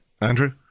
andrew